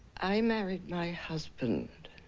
i married my husband